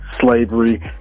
slavery